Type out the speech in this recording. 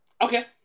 Okay